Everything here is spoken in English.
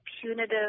punitive